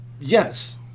Yes